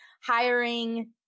hiring